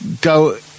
go